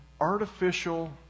artificial